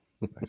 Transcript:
Nice